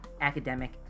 academic